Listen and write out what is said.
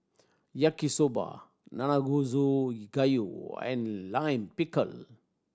Yaki Soba Nanakusa Gayu and Lime Pickle